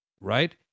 right